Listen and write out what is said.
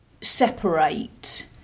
separate